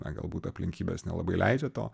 na galbūt aplinkybės nelabai leidžia to